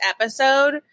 episode